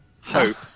Hope